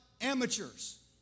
amateurs